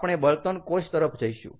આપણે બળતણ કોષ તરફ જઈશું